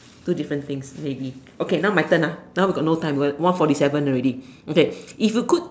two different things maybe okay now my turn ah now we got no time one forty seven already okay if you could